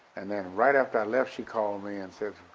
and then right after i left she called me and said,